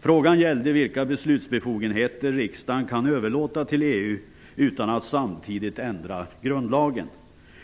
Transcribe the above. Frågan gällde vilka beslutsbefogenheter riksdagen kan överlåta till EU utan att samtidigt ändra grundlagen.